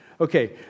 Okay